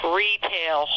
retail